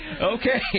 Okay